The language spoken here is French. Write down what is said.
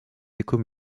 échos